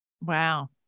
Wow